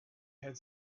had